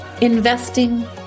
investing